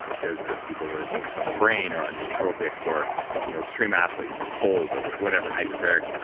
like there's the people really focused on the brain or on nootropics or you know extreme athletes or cold or whatever hyperbaric,